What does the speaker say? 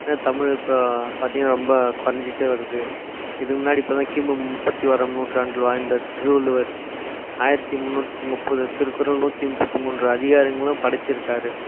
ஏனால் தமிழ் இப்போ பார்த்திங்கனா ரொம்ப குறைஞ்சிட்டே வருது இதுக்கு முன்னாடி இப்போ தான் கிமு முப்பத்தி ஓராம் நூற்றாண்டில் வாழ்ந்த திருவள்ளுவர் ஆயிரத்தி முந்நூற்றி முப்பது திருக்குறள் நூற்றி முப்பத்தி மூன்று அதிகாரங்களும் படைச்சுருக்காரு